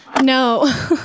No